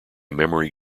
memory